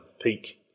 peak